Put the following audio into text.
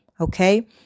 Okay